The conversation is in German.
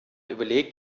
überlegt